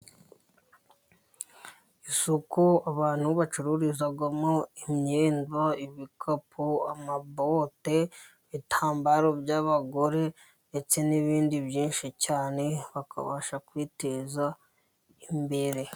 Isoko abantu bacururizagamo imyenda, ibikapu, amabobote, ibitambaro by'abagore, ndetse n'ibindi byinshi cyane bakabasha kwiteza imbere.